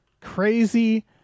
crazy